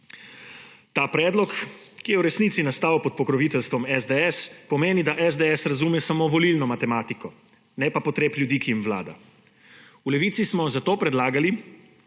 Ta predlog, ki je v resnici nastal pod pokroviteljstvom SDS, pomeni, da SDS razume samo volilno matematiko, ne pa potreb ljudi, ki jim vlada. V Levici smo zato predlagali,